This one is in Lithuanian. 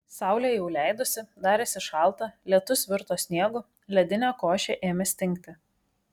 saulė jau leidosi darėsi šalta lietus virto sniegu ledinė košė ėmė stingti